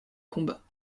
combat